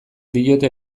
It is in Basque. diote